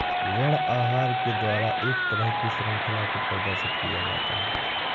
ऋण आहार के द्वारा एक तरह की शृंखला को प्रदर्शित किया जाता है